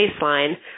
baseline